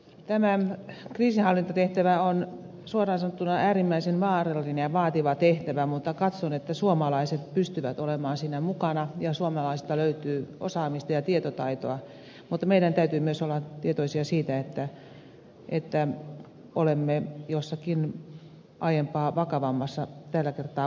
tämä kriisinhallintatehtävä on suoraan sanottuna äärimmäisen vaarallinen ja vaativa tehtävä mutta katson että suomalaiset pystyvät olemaan siinä mukana ja suomalaisista löytyy osaamista ja tietotaitoa mutta meidän täytyy myös olla tietoisia siitä että olemme jossakin aiempaa vakavammassa tällä kertaa mukana